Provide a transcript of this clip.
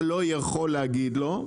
אתה לא יכול להגיד לו,